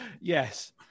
Yes